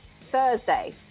Thursday